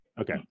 Okay